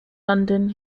london